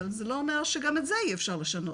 אבל זה לא אומר שגם את זה אי אפשר לשנות,